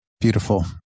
Beautiful